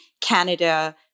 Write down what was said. Canada